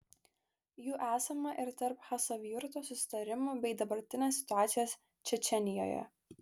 jų esama ir tarp chasavjurto susitarimų bei dabartinės situacijos čečėnijoje